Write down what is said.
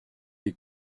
des